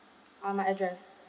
uh my address